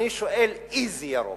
אני שואל איזה ירוק.